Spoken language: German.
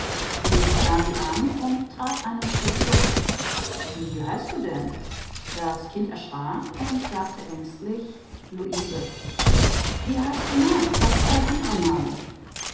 ich sah sie an und trat einen schritt zurück wie heißt du denn das kind erschrak und sagte ängstlich luise wie heißt du noch wie ist dein anderer name